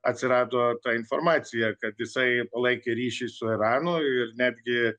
atsirado ta informacija kad jisai palaikė ryšį su iranu ir netgi